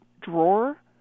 drawer